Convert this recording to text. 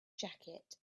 jacket